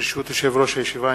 ברשות יושב-ראש הישיבה,